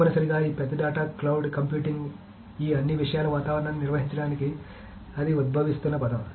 తప్పనిసరిగా ఈ పెద్ద డేటా క్లౌడ్ కంప్యూటింగ్ ఈ అన్ని విషయాల వాతావరణాన్ని నిర్వహించడానికి అది ఉద్భవిస్తున్న పదం